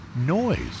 noise